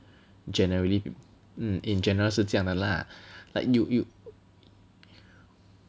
generally mm in general 是这样的 lah like you you